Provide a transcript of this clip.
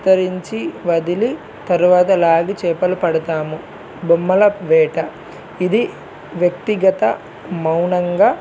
విస్తరించి వదిలి తరువాత లాగి చేపలు పడతాము బొమ్మల వేట ఇది వ్యక్తిగత మౌనంగా